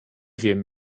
wiem